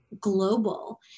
global